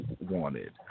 wanted